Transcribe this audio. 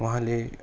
उहाँले